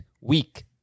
week